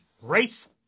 race